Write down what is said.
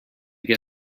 get